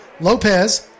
lopez